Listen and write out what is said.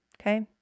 Okay